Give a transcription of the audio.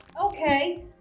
Okay